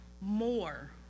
more